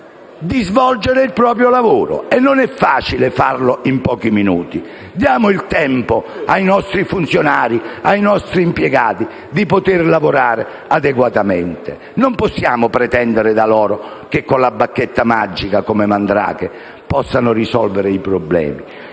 di svolgere il proprio lavoro e non è facile farlo in pochi minuti. Diamo il tempo ai nostri funzionari, ai nostri impiegati di lavorare adeguatamente. Non possiamo pretendere da loro che, con la bacchetta magica, come Mandrake, possano risolvere i problemi.